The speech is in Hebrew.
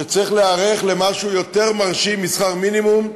שצריך להיערך למשהו יותר מרשים משכר מינימום,